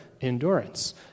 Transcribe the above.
endurance